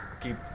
keep